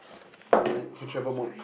nevermind you can travel more